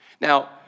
Now